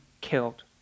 killed